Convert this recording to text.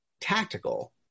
tactical